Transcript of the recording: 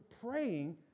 praying